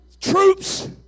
troops